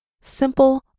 simple